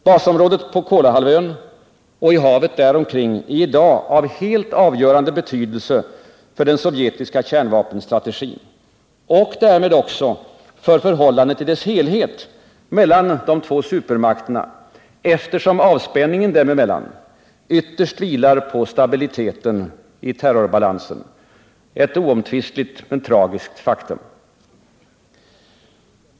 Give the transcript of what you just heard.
Basområdet på Kolahalvön och i havet där omkring är i dag av helt avgörande betydelse för den sovjetiska kärnvapenstrategin och därmed också för förhållandet i dess helhet mellan de båda supermakterna, eftersom avspänningen dem emellan ytterst vilar på stabiliteten i terrorbalansen — ett oomtvistligt men tragiskt faktum.